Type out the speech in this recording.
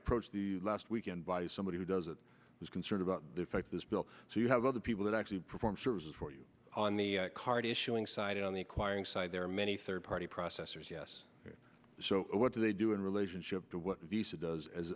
approached the last weekend by somebody who does it is concerned about the fact this bill so you have other people that actually perform services for you on the card issuing side on the acquiring side there are many third party processors yes so what do they do in relationship to what visa does as